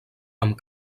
amb